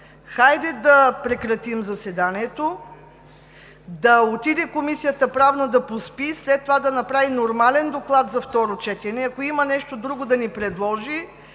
Хайде да прекратим заседанието! Да отиде Правната комисия да поспи, след това да направи нормален доклад за второ четене, ако има нещо друго да ни предложи.